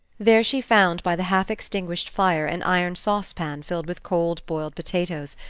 there she found by the half-extinguished fire an iron saucepan filled with cold boiled potatoes,